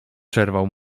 przerwał